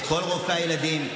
את כל רופאי הילדים,